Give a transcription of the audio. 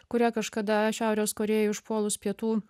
kurią kažkada šiaurės korėjai užpuolus pietų